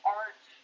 art